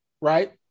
right